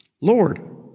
Lord